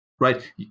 right